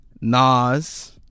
Nas